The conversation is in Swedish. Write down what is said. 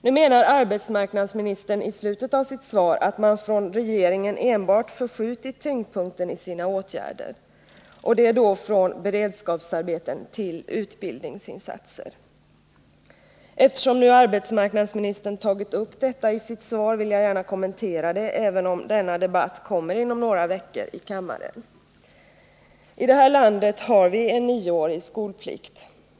Nu säger arbetsmarknadsministern i slutet av sitt svar att regeringen enbart förskjutit tyngdpunkten i sina åtgärder — från beredskapsarbeten till utbildningsinsatser. Eftersom nu arbetsmarknadsministern tagit upp detta i sitt svar vill jag gärna kommentera det, även om denna debatt kommer inom några veckor här i kammaren. I det här landet har vi en nioårig skolplikt.